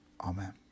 Amen